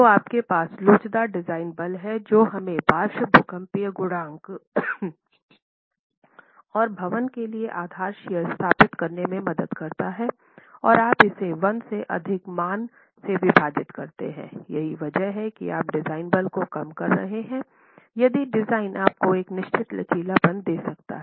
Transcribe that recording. तो आपके पास लोचदार डिजाइन बल है जो हमें पार्श्व भूकंपीय गुणांक और भवन के लिए आधार शियर स्थापित करने में मदद करता है और आप इसे 1 से अधिक मान से विभाजित करते हैं यही वजह है कि आप डिजाइन बल को कम कर रहे हैं यदि सिस्टम आपको एक निश्चित लचीलापन दे सकता है